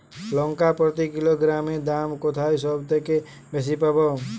লঙ্কা প্রতি কিলোগ্রামে দাম কোথায় সব থেকে বেশি পাব?